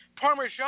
Parmesan